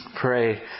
pray